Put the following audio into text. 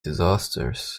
disasters